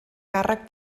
càrrec